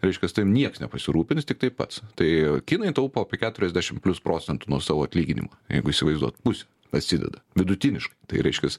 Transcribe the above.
reiškias tavim nieks nepasirūpins tiktai pats tai kinai taupo apie keturiasdešim plius procentų nuo savo atlyginimo jeigu įsivaizduot pusę atsideda vidutiniškai tai reiškias